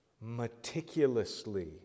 meticulously